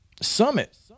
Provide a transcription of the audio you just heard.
Summit